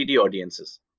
audiences